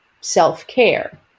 self-care